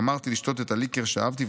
גמרתי לשתות את הליקר שאהבתי,